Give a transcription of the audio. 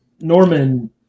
Norman